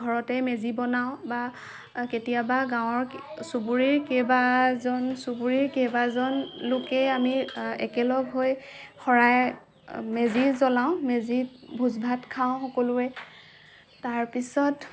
ঘৰতে মেজি বনাওঁ বা কেতিয়াবা গাঁৱৰ চুবুৰীৰ কেইবাজন চুবুৰীৰ কেইবাজন লোকে আমি একেলগ হৈ শৰাই মেজি জ্বলাওঁ মেজি ভোজ ভাত খাওঁ সকলোৱে তাৰ পিছত